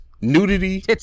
nudity